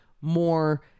more